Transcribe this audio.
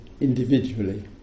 individually